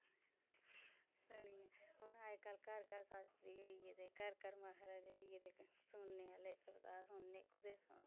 हून अजकल घर घर शास्त्री होई गेदे घर घर महाराज होई गेदे सुनने आह्ले सवताह् कुत्थै सुनने